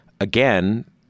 again